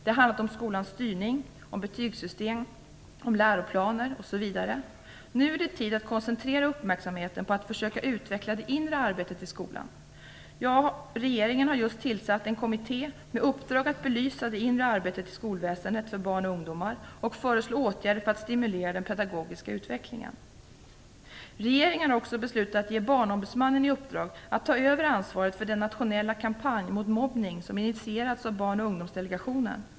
Det har handlat om skolans styrning, betygssystem, läroplaner osv. Nu är det tid att koncentrera uppmärksamheten på att försöka utveckla det inre arbetet i skolan. Jag och regeringen har just tillsatt en kommitté med uppdrag att belysa det inre arbetet i skolväsendet för barn och ungdomar och föreslå åtgärder för att stimulera den pedagogiska utvecklingen. Regeringen har också beslutat att ge Barnombudsmannen i uppdrag att ta över ansvaret för den nationella kampanj mot mobbning som initierats av Barn och ungdomsdelegationen.